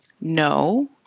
No